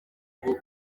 ngo